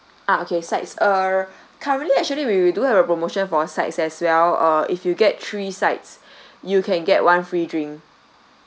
ah okay sides err currently actually we we do have a promotion for sides as well uh if you get three sides you can get one free drink